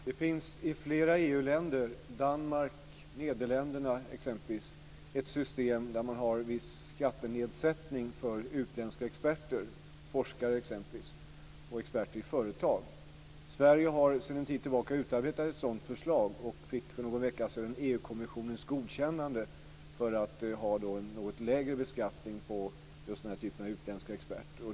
Herr talman! Det finns i flera EU-länder - Danmark och Nederländerna t.ex. - ett system med viss skattenedsättning för utländska experter såsom forskare och experter i företag. Sverige har under någon tid utarbetat ett sådant förslag och fick för någon vecka sedan EU-kommissionens godkännande för att ha en något lägre beskattning just när det gäller den här typen av utländska experter.